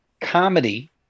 comedy